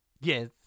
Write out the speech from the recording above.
yes